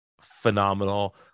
phenomenal